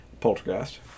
Poltergeist